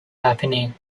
happening